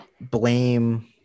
blame